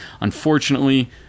unfortunately